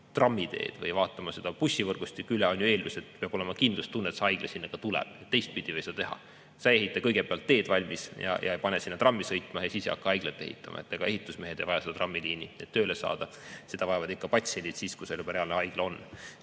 trammiteed või vaatama üle bussivõrgustikku, on ju eeldus, et peab olema kindlustunne, et see haigla sinna tuleb. Teistpidi ei saa teha. Ei ehita ju kõigepealt teed valmis, ei pane sinna trammi sõitma ja ei hakka siis haiglat ehitama. Ega ehitusmehed ei vaja seda trammiliini, et tööle saada, seda vajavad ikka patsiendid, kui seal juba reaalne haigla on.